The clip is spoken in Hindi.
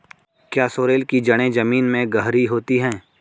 क्या सोरेल की जड़ें जमीन में गहरी होती हैं?